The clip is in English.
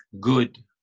good